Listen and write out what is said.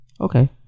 okay